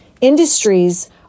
industries